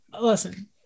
listen